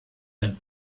them